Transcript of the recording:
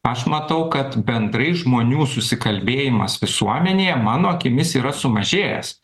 aš matau kad bendrai žmonių susikalbėjimas visuomenėje mano akimis yra sumažėjęs